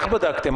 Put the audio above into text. איך בדקתם?